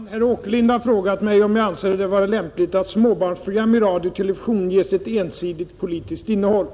Fru talman! Herr Åkerlind har frågat mig om jag anser det vara lämpligt att småbarnsprogram i radio och television ges ett ensidigt politiskt innehåll.